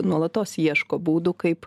nuolatos ieško būdų kaip